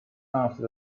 after